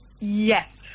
Yes